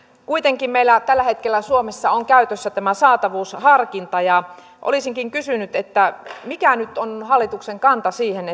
kuitenkin meillä tällä hetkellä suomessa on käytössä tämä saatavuusharkinta ja olisinkin kysynyt mikä nyt on hallituksen kanta siihen